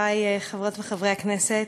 חברי חברות וחברי הכנסת,